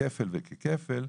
ככפל וככפל,